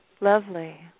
Lovely